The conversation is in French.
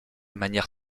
manière